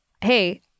hey